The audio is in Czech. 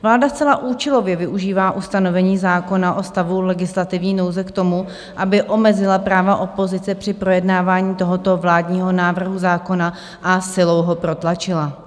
Vláda zcela účelově využívá ustanovení zákona o stavu legislativní nouze k tomu, aby omezila práva opozice při projednávání tohoto vládního návrhu zákona a silou ho protlačila.